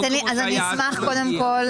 אני אשמח לנמק.